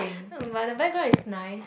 but the background is nice